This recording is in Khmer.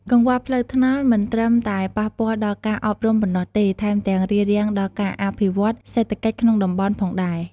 កង្វះផ្លូវថ្នល់មិនត្រឹមតែប៉ះពាល់ដល់ការអប់រំប៉ុណ្ណោះទេ ថែមទាំងរារាំងដល់ការអភិវឌ្ឍន៍សេដ្ឋកិច្ចក្នុងតំបន់ផងដែរ។